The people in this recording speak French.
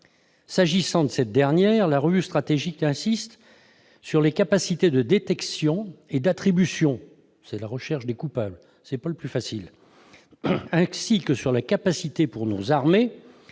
informatique offensive, la revue stratégique insiste sur les capacités de détection et d'attribution, c'est-à-dire la recherche des coupables- ce n'est pas le plus facile -, ainsi que sur la capacité pour nos armées